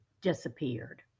disappeared